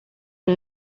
del